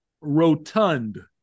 rotund